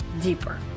deeper